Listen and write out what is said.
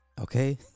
okay